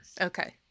Okay